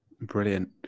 Brilliant